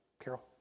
Carol